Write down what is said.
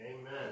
Amen